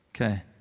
Okay